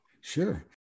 Sure